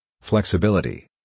Flexibility